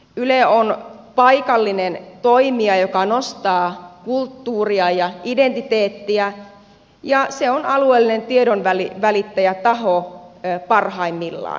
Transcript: yle on paikallinen toimija joka nostaa kulttuuria ja identiteettiä ja se on alueellinen tiedonvälittäjä taho parhaimmillaan